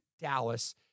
Dallas